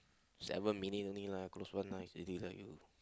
seven minute only lah close one eyes already lah you